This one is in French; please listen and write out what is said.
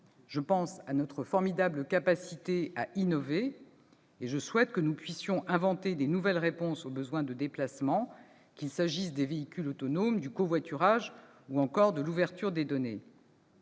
Je pense à notre formidable capacité à innover, et je souhaite que nous puissions inventer de nouvelles réponses aux besoins de déplacements, qu'il s'agisse de véhicules autonomes, de covoiturage ou encore de l'ouverture des données.